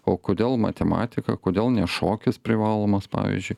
o kodėl matematika kodėl ne šokis privalomas pavyzdžiui